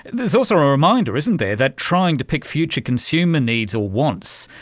there is also a reminder, isn't there, that trying to pick future consumer needs or wants,